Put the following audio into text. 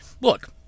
Look